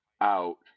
out